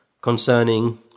concerning